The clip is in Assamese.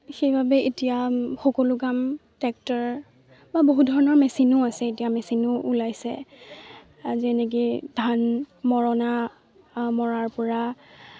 সেইবাবে এতিয়া সকলো কাম ট্ৰেক্টৰ বা বহুত ধৰণৰ মেচিনো আছে এতিয়া মেচিনো ওলাইছে যেনেকৈ ধান মৰণা মৰাৰ পৰা